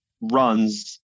runs